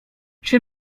czy